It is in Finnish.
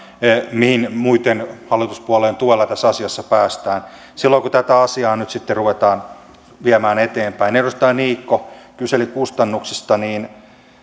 mihin muiden hallituspuolueiden tuella tässä asiassa päästään silloin kun tätä asiaa nyt sitten ruvetaan viemään eteenpäin edustaja niikko kyseli kustannuksista